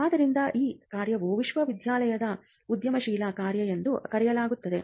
ಆದ್ದರಿಂದ ಈ ಕಾರ್ಯವನ್ನು ವಿಶ್ವವಿದ್ಯಾಲಯದ ಉದ್ಯಮಶೀಲ ಕಾರ್ಯ ಎಂದು ಕರೆಯಲಾಗುತ್ತದೆ